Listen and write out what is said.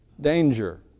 danger